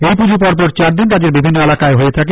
এই পুজো পর পর চারদিন রাজ্যের বিভিন্ন এলাকায় হয়ে খাকে